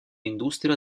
industria